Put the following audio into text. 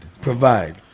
Provide